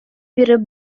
биреп